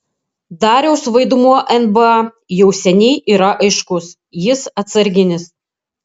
dariaus vaidmuo nba jau seniai yra aiškus jis atsarginis